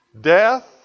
death